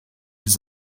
his